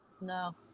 No